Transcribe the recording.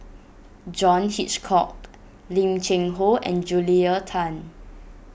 John Hitchcock Lim Cheng Hoe and Julia Tan